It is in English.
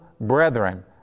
brethren